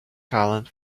silent